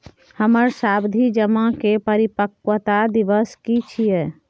हमर सावधि जमा के परिपक्वता दिवस की छियै?